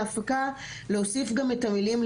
המילה ׳להפקה׳ את המילים: